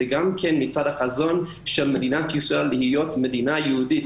גם מצד החזון של מדינת ישראל להיות מדינה יהודית.